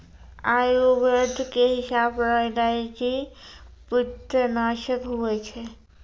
आयुर्वेद के हिसाब रो इलायची पित्तनासक हुवै छै